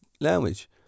language